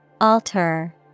Alter